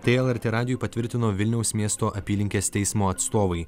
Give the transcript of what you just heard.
tai lrt radijui patvirtino vilniaus miesto apylinkės teismo atstovai